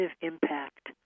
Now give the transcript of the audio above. impact